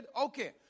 okay